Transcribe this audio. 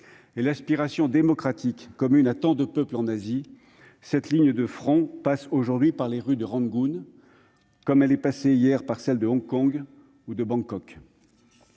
et l'aspiration démocratique commune à tant de peuples en Asie passe aujourd'hui par les rues de Rangoon, comme elle est passée hier par celles de Hong Kong et de Bangkok.